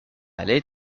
allait